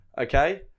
okay